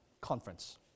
conference